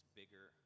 bigger